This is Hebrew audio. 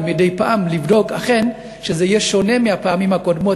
ומדי פעם נבדוק אכן שזה יהיה שונה מבפעמים הקודמות,